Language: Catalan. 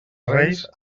reis